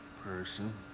person